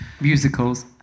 Musicals